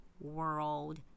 world